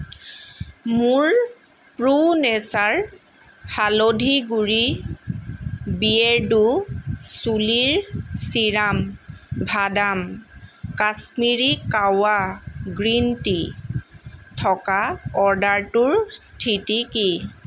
মোৰ pro nature হালধি গুড়ি বিয়েৰ্ডো চুলিৰ ছিৰাম বাদাম কাশ্মীৰী কাৱা গ্ৰীণ টি থকা অৰ্ডাৰটোৰ স্থিতি কি